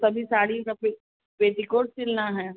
सभी साड़ी का पेट पेटीकोट सिलना है